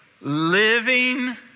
living